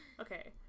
okay